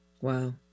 Wow